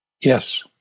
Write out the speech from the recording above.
Yes